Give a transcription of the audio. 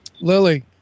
Lily